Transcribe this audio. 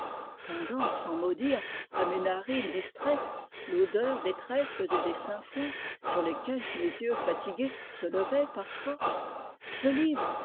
sans mot dire à mes narines distraites l'odeur des trèfles et des sainfoins sur lesquels mes yeux fatigués se levaient parfois ce livre